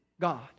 God